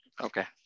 Okay